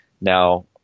now